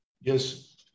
yes